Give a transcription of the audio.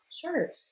sure